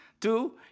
Two